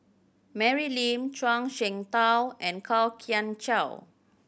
Mary Lim Zhuang Shengtao and Kwok Kian Chow